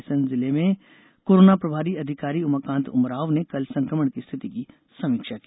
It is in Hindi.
रायसेन में जिले के कोरोना प्रभारी अधिकारी उमाकान्त उमराव ने कल संकमण की रिथिति की समीक्षा की